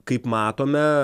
kaip matome